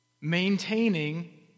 Maintaining